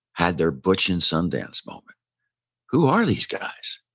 had their butch and sundance moment who are these guys?